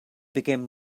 became